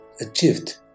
achieved